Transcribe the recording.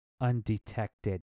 undetected